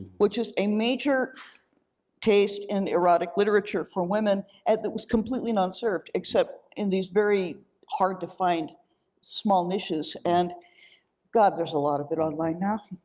which is a major taste in erotic literature for women and that was completely non-served, except in these very hard to find small niches, and god, there's a lot of it online now.